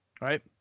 right